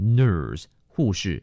nurse,护士